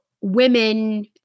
women